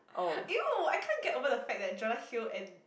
!eww! I can't get over the fact that Jonah-Hill and